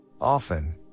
Often